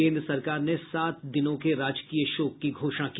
केन्द्र सरकार ने सात दिनों के राजकीय शोक की घोषणा की